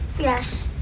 yes